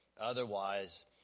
otherwise